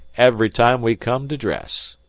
every time we come to dress,